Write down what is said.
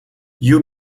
you